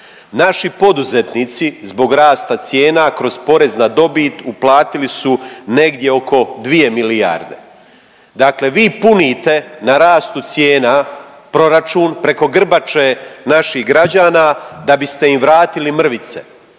Naši poduzetnici zbog rasta cijena kroz porez na dobit uplatili su negdje oko 2 milijarde. Dakle vi punite na rastu cijena proračun preko grbače naših građana da biste im vratili mrvice.